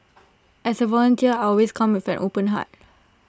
as A volunteer I always come with an open heart